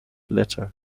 letter